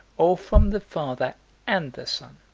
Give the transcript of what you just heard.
or from the father and the son?